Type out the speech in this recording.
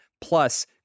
Plus